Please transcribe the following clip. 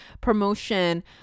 promotion